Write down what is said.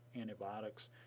antibiotics